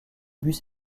bus